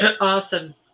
Awesome